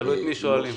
תלוי את מי שואלים.